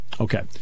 Okay